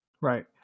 Right